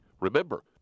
Remember